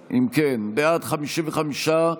בעד, 55,